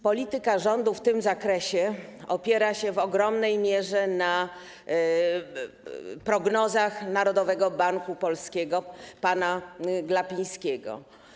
Polityka rządu w tym zakresie opiera się w ogromnej mierze na prognozach Narodowego Banku Polskiego i pana Glapińskiego.